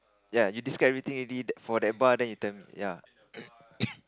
ya you describe everything already that for that part then you tell me ya